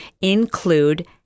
include